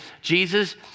Jesus